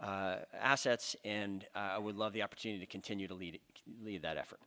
assets and i would love the opportunity to continue to lead that effort